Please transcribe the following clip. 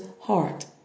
heart